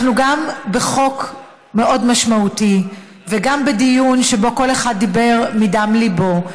אנחנו גם בחוק מאוד משמעותי וגם בדיון שבו כל אחד דיבר מדם ליבו,